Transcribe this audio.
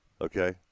okay